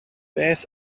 beth